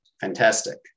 fantastic